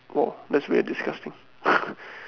!whoa! that's very disgusting